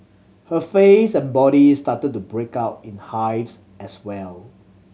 her face and body started to break out in hives as well